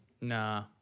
Nah